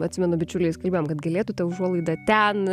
atsimenu bičiuliais kalbėjom kad galėtų ta užuolaida ten